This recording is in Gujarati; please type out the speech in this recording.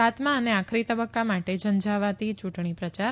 સાતમા અને આખરી તબકકા માટે ઝંઝાવાતી ચુંટણી પ્રચાર